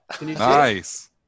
Nice